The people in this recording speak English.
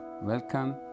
welcome